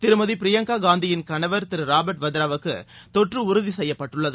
திருமதி பிரியங்கா காந்தியின் கணவர் திரு ராபர்ட் வதேராவுக்கு தொற்று உறுதி செய்யப்பட்டுள்ளது